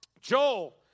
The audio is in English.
Joel